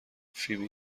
فیبی